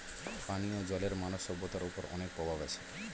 পানিও জলের মানব সভ্যতার ওপর অনেক প্রভাব আছে